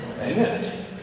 Amen